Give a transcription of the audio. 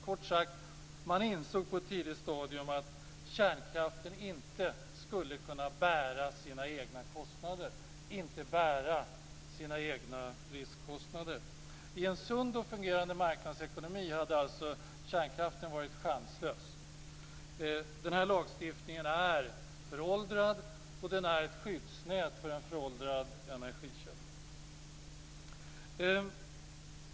Kort sagt: Man insåg på ett tidigt stadium att kärnkraften inte skulle kunna bära sina egna kostnader och riskkostnader. I en sund och fungerande marknadsekonomi hade alltså kärnkraften varit chanslös. Denna lagstiftning är föråldrad och den är ett skyddsnät för en föråldrad energikälla.